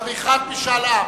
(עריכת משאל עם).